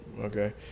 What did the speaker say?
Okay